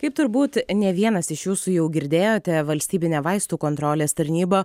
kaip turbūt ne vienas iš jūsų jau girdėjote valstybinė vaistų kontrolės tarnyba